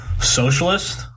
socialist